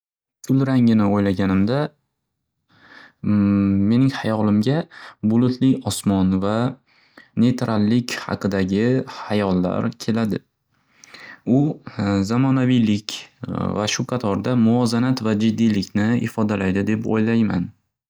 Kul rangini o'ylaganimda, mening hayolimga bulutli osmon va neytrallik haqidagi hayollar keladi. U zamonaviylik va shu qatorda muvozanat va jiddiylikni ifodalaydi deb o'ylayman.